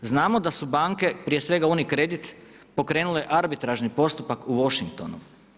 Znamo da su banke, prije svega Unicredit pokrenule arbitražni postupak u Washingtonu.